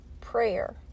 Prayer